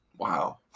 Wow